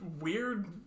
weird